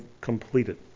completed